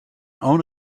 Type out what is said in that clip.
own